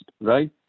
right